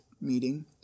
meeting